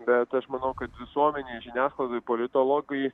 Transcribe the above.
bet aš manau kad visuomenei žiniasklaidai politologai